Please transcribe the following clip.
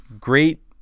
great